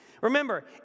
Remember